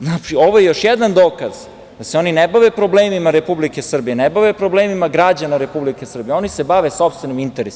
Znači, ovo je još jedan dokaz da se oni ne bave problemima Republike Srbije, ne bave problemima građana Republike Srbije, oni se bave sopstvenim interesima.